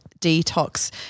detox